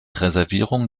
reservierung